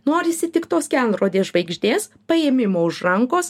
norisi tik tos kelrodės žvaigždės paėmimo už rankos